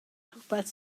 rhywbeth